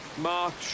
march